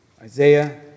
Isaiah